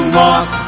walk